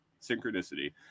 Synchronicity